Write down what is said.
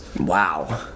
wow